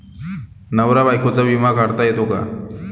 नवरा बायकोचा विमा काढता येतो का?